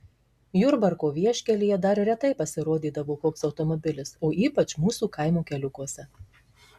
jurbarko vieškelyje dar retai pasirodydavo koks automobilis o ypač mūsų kaimo keliukuose